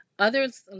Others